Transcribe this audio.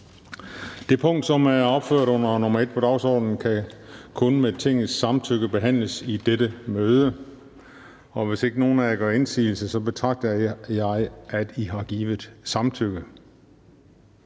Det punkt, som er opført under nr. 1 på dagsordenen, kan kun med Tingets samtykke behandles i dette møde. Hvis ikke nogen af jer gør indsigelse, betragter jeg samtykket